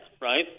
right